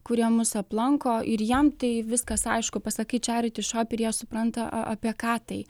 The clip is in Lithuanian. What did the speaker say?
kurie mus aplanko ir jam tai viskas aišku pasakai čiariti šop ir jie supranta apie ką tai